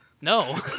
No